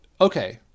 okay